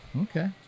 Okay